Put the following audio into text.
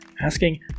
asking